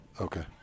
okay